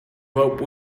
but